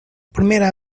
primera